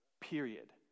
period